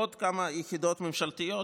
עוד כמה יחידות ממשלתיות,